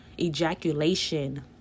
ejaculation